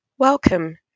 Welcome